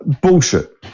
Bullshit